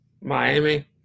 Miami